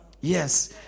Yes